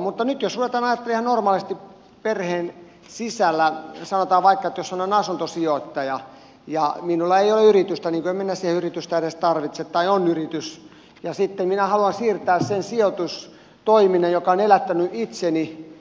mutta nyt jos ruvetaan ajattelemaan ihan normaalisti perheen sisällä sanotaan vaikka että jos olen asuntosijoittaja ja minulla ei ole yritystä niin kuin en minä siihen yritystä edes tarvitse tai on yritys ja sitten minä haluan siirtää sen sijoitustoiminnan joka on elättänyt itseni